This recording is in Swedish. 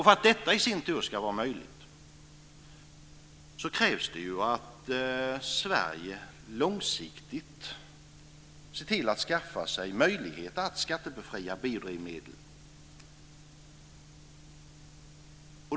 För att detta i sin tur ska vara möjligt krävs det att Sverige långsiktigt ser till att skaffa sig möjlighet att skattebefria biodrivmedel.